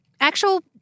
actual